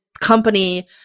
company